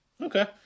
Okay